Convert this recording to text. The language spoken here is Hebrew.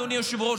אדוני היושב-ראש,